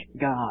God